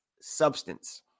substance